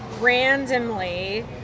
randomly